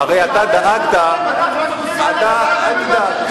הרי אתה דאגת, תמו.